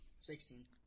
Sixteen